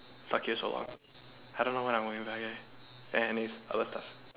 five years so long I don't know what I'm gonna do lah and is other stuff